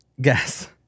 Guess